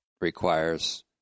requires